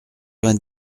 vingt